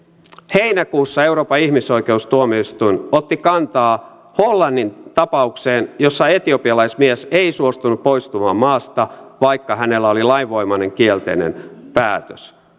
heinäkuussa euroopan ihmisoikeustuomioistuin otti kantaa hollannin tapaukseen jossa etiopialaismies ei suostunut poistumaan maasta vaikka hänellä oli lainvoimainen kielteinen päätös